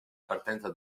partenza